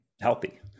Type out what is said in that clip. healthy